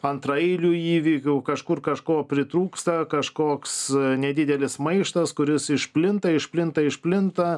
antraeilių įvykių kažkur kažko pritrūksta kažkoks nedidelis maištas kuris išplinta išplinta išplinta